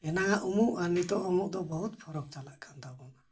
ᱮᱱᱟᱱᱟᱜ ᱩᱢᱩᱜ ᱟᱨ ᱱᱤᱛᱳᱜᱼᱟᱜ ᱩᱢᱩᱜ ᱫᱚ ᱵᱚᱦᱩᱛ ᱯᱷᱟᱨᱟᱠ ᱪᱟᱞᱟᱜ ᱠᱟᱱᱟ ᱛᱟᱵᱚᱱᱟ